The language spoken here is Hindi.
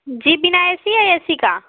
जी बिना ए सी या ए सी का